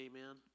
Amen